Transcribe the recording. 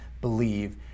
believe